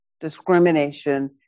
discrimination